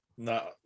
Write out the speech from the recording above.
No